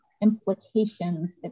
implications